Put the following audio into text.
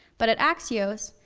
but at axios,